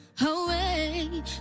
away